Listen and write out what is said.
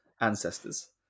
ancestors